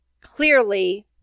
Clearly